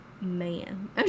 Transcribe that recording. man